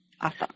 awesome